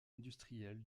industrielle